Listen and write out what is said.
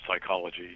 psychology